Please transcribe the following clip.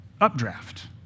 Updraft